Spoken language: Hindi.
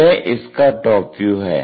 यह इसका टॉप व्यू है